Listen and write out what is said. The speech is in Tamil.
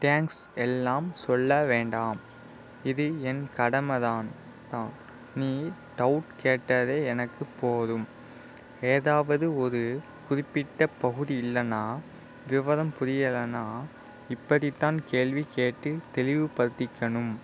தேங்க்ஸ் எல்லாம் சொல்ல வேண்டாம் இது என் கடமைதான் தான் நீ டவுட் கேட்டதே எனக்கு போதும் ஏதாவது ஒரு குறிப்பிட்ட பகுதி இல்லைன்னா விவரம் புரியலைன்னா இப்படிதான் கேள்வி கேட்டு தெளிவுப்படுத்திக்கணும்